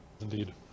indeed